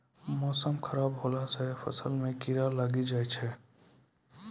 मौसम खराब हौला से फ़सल मे कीड़ा लागी जाय छै?